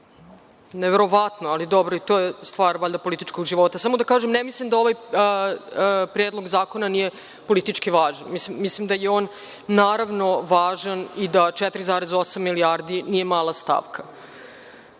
neverovatno, ali dobro, i to je stvar valjda političkog života, samo da kažem, ne mislim da ovaj predlog zakon nije politički važan, mislim da je on, naravno, važan i da 4,8 milijardi nije mala stavka. Što